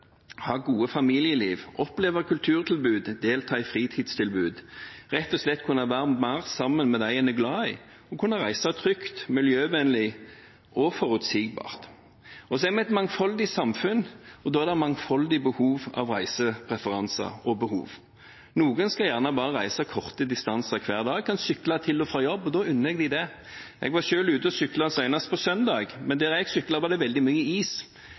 ha gode familieliv, oppleve kulturtilbud, delta i fritidstilbud, rett og slett kunne være mer sammen med dem de er glad i, kunne reise trygt, miljøvennlig og forutsigbart. Vi er et mangfoldig samfunn, og da er reisepreferanser og behov mangfoldige. Noen skal bare reise korte distanser hver dag, og kan sykle til og fra jobb. Da unner jeg dem det. Jeg var selv ute og syklet senest på søndag. Men der jeg syklet, var det veldig mye is.